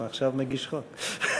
הוא עכשיו מגיש חוק.